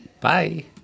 bye